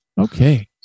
Okay